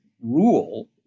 rule